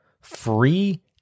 free